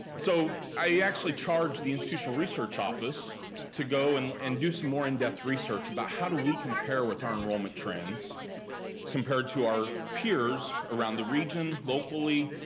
so i actually charge the institutional research office to go and and do some more in depth research about how do we compare with our enrollment trends compared to our peers around the region, locally,